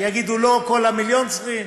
אז יגידו שלא כל המיליון צריכים?